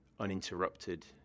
uninterrupted